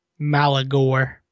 Malagor